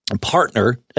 partner